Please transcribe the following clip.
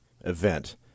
event